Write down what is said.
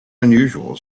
unusual